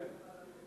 כן.